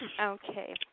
Okay